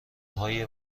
های